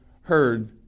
heard